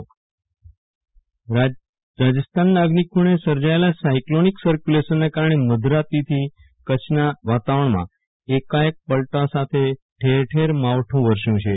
વિરલ રાણા રાજસ્થાનનાં અઝિખૂણે સર્જાયેલા સાયક્લોનિક સકર્યુલેશનનાં કારણે મધરાત્રી થી કરંછનાં વાતાવરણમાં એકાએક પલટા સાથે ઠેર ઠેર માવઠું વરસ્યું છે